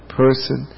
person